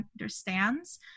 understands